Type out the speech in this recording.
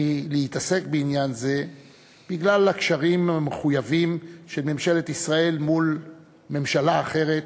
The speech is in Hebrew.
מלהתעסק בעניין זה בגלל הקשרים המחויבים של ממשלת ישראל מול ממשלה אחרת,